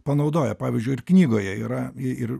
panaudoja pavyzdžiui ir knygoje yra ir